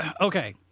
okay